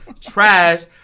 trash